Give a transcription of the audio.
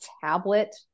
tablet